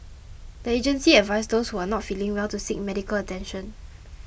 the agency advised those who are not feeling well to seek medical attention